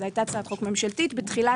זו הייתה הצעת חוק ממשלתית ב-2009,